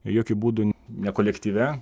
jokiu būdu ne kolektyve